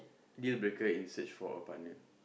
dealbreaker in search for a partner